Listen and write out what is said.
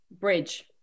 bridge